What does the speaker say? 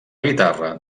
guitarra